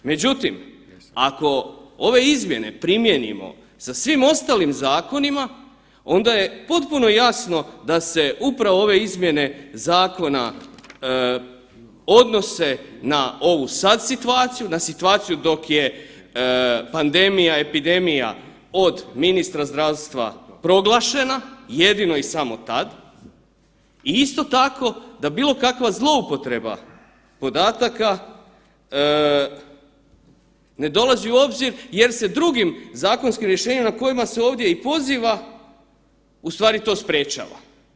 Međutim, ako ove izmjene primijenimo sa svim ostalim zakonima onda je potpuno jasno da se upravo ove izmjene zakona odnose na ovu sad situaciju, na situaciju dok je pandemija, epidemija od ministra zdravstva proglašena jedino i samo tad i isto tako da bilo kakva zloupotreba podataka ne dolazi u obzir jer se drugim zakonskim rješenjima na koje se ovdje i poziva ustvari to sprečava.